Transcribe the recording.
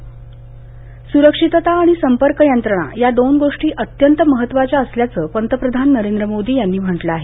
Shanghai स्रक्षितता आणि संपर्क यंत्रणा या दोन गोष्टी अत्यंत महत्त्वाच्या असल्याचं पंतप्रधान नरेंद्र मोदी यांनी म्हटलं आहे